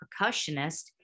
percussionist